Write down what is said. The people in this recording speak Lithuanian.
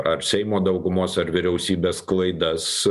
ar seimo daugumos ar vyriausybės klaidas